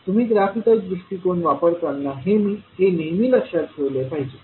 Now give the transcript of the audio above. तुम्ही ग्राफिकल दृष्टिकोन वापरताना हे नेहमी लक्षात ठेवले पाहिजे